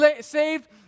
saved